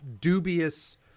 dubious